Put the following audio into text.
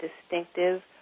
distinctive